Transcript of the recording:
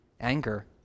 anger